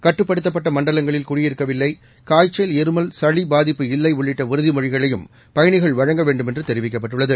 கட்டுப்படுத்தப்பட்ட மண்டலங்களில் குடியிருக்கவில்லை காய்ச்சல் இருமல் சளி பாதிப்பு இல்லை உள்ளிட்ட உறுதிமொழிகளையும் பயணிகள் வழங்க வேண்டுமென்று தெரிவிக்கப்பட்டுள்ளது